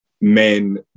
men